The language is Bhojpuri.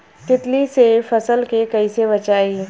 तितली से फसल के कइसे बचाई?